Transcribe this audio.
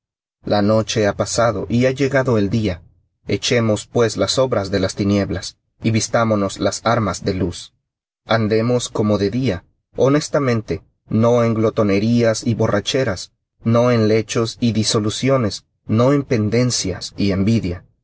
la noche ha pasado y ha llegado el día echemos pues las obras de las tinieblas y vistámonos las armas de luz andemos como de día honestamente no en glotonerías y borracheras no en lechos y disoluciones no en pedencias y envidia